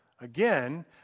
again